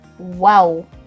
wow